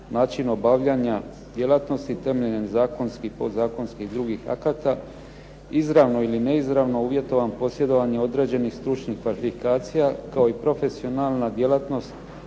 način obavljanja djelatnosti temeljem zakonskih, podzakonskih i drugih akata izravno ili neizravno uvjetovan posjedovanje određenih stručnih kvalifikacija kao i profesionalna djelatnost